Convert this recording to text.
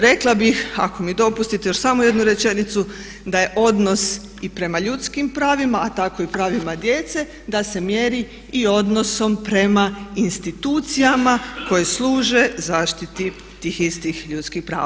Rekla bih, ako mi dopustite, još samo jednu rečenicu, da je odnos i prema ljudskim pravima a tako i pravima djece da se mjeri i odnosom prema institucijama koje služe zaštiti tih istih ljudskih prava.